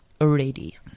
already